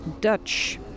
Dutch